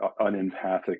unempathic